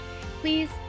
Please